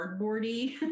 cardboardy